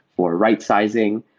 for rightsizing?